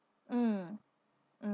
mm mm